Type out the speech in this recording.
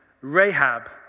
Rahab